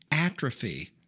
atrophy